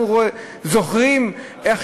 אנחנו זוכרים איך